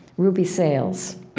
ruby sales,